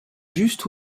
juste